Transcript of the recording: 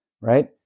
right